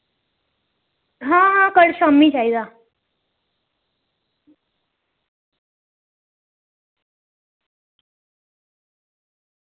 हां हां कल शाम्मी चाहिदा